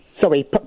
Sorry